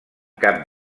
cap